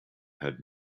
had